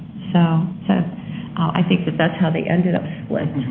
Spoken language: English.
so so i think but that's how they ended up split.